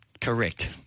Correct